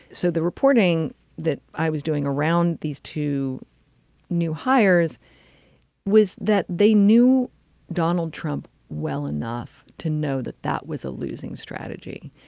so the reporting that i was doing around these two new hires was that they knew donald trump well enough to know that that was a losing strategy.